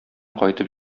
кайтып